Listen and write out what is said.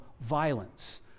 violence